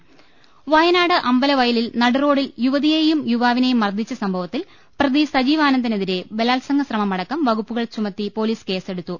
അവൽക്കുള് വയനാട് അമ്പലവയലിൽ നടുറോഡിൽ വച്ച് യുവതിയെയും യുവാവിനെയും മർദ്ദിച്ച സംഭവംത്തിൽ പ്രതി സജീവാനന്ദനെതിരെ ബലാത്സംഗ ശ്രമമടക്കം വകുപ്പുകൾ ചുമത്തി പൊലീസ് കേസ് എടുത്തു